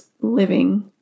living